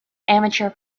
amateur